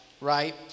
right